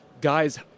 guys